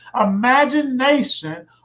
Imagination